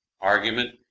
argument